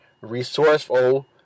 resourceful